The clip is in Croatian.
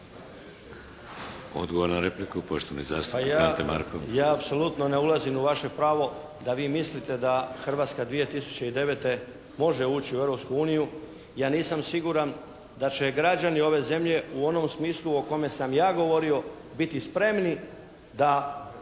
Odgovor na repliku poštovani zastupnik Ante Markov.